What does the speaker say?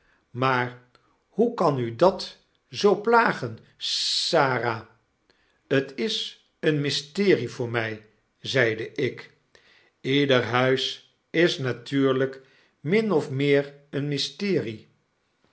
maar hoe kan u dat zoo plagen s arah t is een mystere voor mij zeide ik jeder huis is natuurlyk min of meer een mystere